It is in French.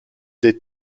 des